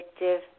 addictive